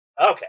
Okay